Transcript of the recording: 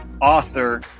author